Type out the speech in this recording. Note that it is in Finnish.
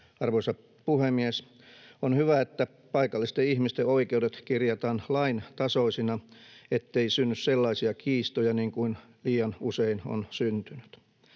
Arvoisa puhemies! On hyvä, että paikallisten ihmisten oikeudet kirjataan laintasoisina, ettei synny sellaisia kiistoja niin kuin liian usein on syntynyt.